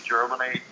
Germany